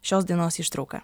šios dainos ištrauka